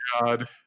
god